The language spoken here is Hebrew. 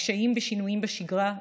בקשיים בשינויים בשגרה,